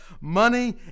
money